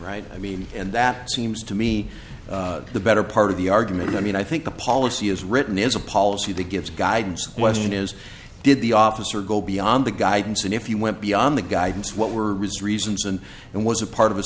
right i mean and that seems to me the better part of the argument i mean i think the policy as written is a policy that gives guidance question is did the officer go beyond the guidance and if you went beyond the guidance what were his reasons and and was a part of a